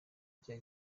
rya